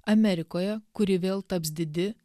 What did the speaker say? amerikoje kuri vėl taps didi